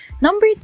Number